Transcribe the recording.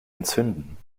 entzünden